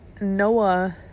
noah